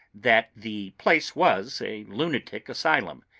that the place was a lunatic asylum,